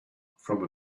from